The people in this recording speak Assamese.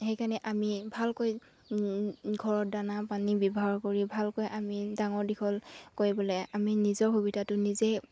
সেইকাৰণে আমি ভালকৈ ঘৰত দানা পানী ব্যৱহাৰ কৰি ভালকৈ আমি ডাঙৰ দীঘল কৰিবলৈ আমি নিজৰ সুবিধাটো নিজেই